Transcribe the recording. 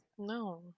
no